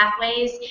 pathways